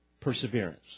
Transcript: perseverance